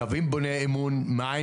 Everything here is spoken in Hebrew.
קווים בוני אמון ---,